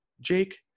Jake